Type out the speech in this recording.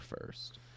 first